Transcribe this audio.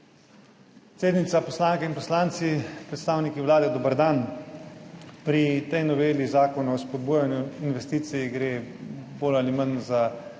Predsednica, poslanke in poslanci, predstavniki Vlade, dober dan. Pri tej noveli Zakona o spodbujanju investicij gre bolj ali manj za